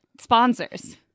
sponsors